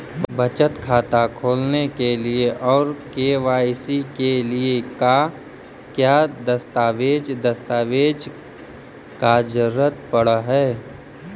बचत खाता खोलने के लिए और के.वाई.सी के लिए का क्या दस्तावेज़ दस्तावेज़ का जरूरत पड़ हैं?